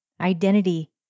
Identity